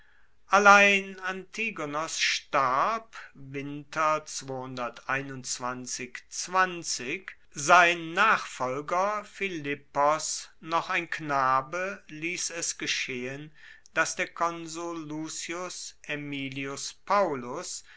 allein antigonos starb sein nachfolger philippos noch ein knabe liess es geschehen dass der konsul lucius aemilius paullus